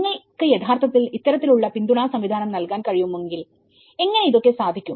നിങ്ങൾക്ക് യഥാർത്ഥത്തിൽ ഇത്തരത്തിലുള്ള പിന്തുണാ സംവിധാനം നൽകാൻ കഴിയുമെങ്കിൽ എങ്ങനെ ഇതൊക്കെ സാധിക്കും